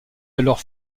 alors